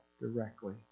directly